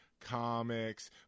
Comics